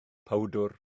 powdwr